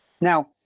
Now